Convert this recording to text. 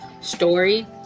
story